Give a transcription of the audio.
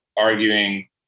arguing